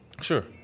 Sure